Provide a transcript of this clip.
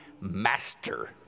master